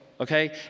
okay